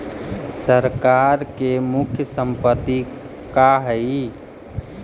सरकार के मुख्य संपत्ति का हइ?